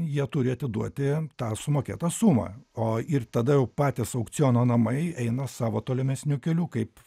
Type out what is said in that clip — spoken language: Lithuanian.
jie turi atiduoti tą sumokėtą sumą o ir tada jau patys aukciono namai eina savo tolimesniu keliu kaip